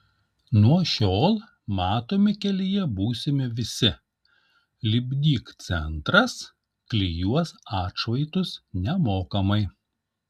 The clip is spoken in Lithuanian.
nuo šiol matomi kelyje būsime visi lipdyk centras klijuos atšvaitus nemokamai